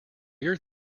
your